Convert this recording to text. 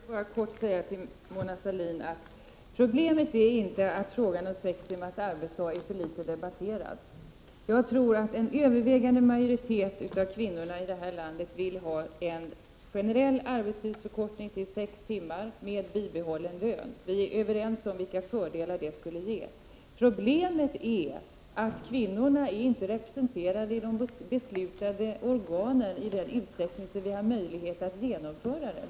Fru talman! Jag vill bara kort säga till Mona Sahlin: Problemet är inte att frågan om sex timmars arbetsdag har debatterats för litet. Jag tror att en övervägande majoritet av kvinnorna i detta land vill ha en generell arbetstidsförkortning till sex timmar med bibehållen lön. Vi är överens om vilka fördelar det skulle ge. Problemet är att kvinnorna inte är representerade i de beslutande organen i sådan utsträckning att vi har möjlighet att genomföra det.